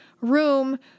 room